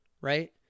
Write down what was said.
Right